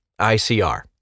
ICR